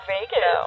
Vegas